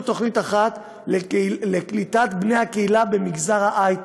תוכנית אחת לקליטת בני הקהילה במגזר ההייטק.